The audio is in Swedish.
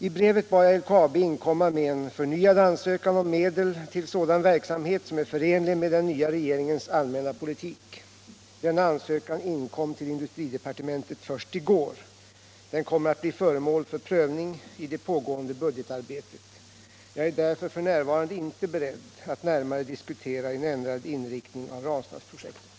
I brevet bad jag LKAB inkomma med en förnyad ansökan om medel till sådan verksamhet som är förenlig med den nya regeringens allmänna politik. Denna ansökan inkom till industridepartementet först i går. Den kommer att bli föremål för prövning i det pågående budgetarbetet. Jag är därför f.n. inte beredd att närmare diskutera en ändrad inriktning av Ranstadsprojektet.